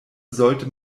sollte